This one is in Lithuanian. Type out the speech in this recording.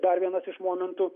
dar vienas iš momentų